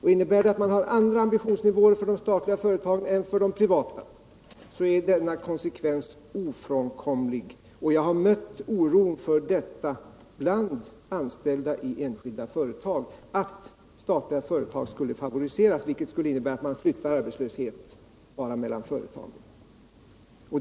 Har man andra ambitionsnivåer för de statliga företagen än för de privata är denna konsekvens ofrånkomlig. Jag har bland anställda i enskilda företag mött oro för att statliga företag skulle favoriseras, vilket bara skulle innebära att man flyttade arbetslösheten mellan företagen.